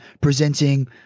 presenting